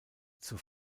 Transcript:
zur